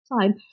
time